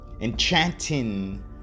enchanting